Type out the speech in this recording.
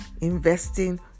investing